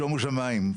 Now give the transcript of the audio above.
שומו שמיים.